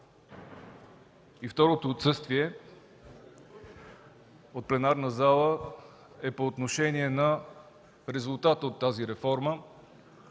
Второто отсъствие от пленарната зала е по отношение на резултата от тази реформа,